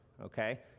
Okay